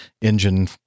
engine